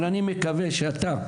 אתה,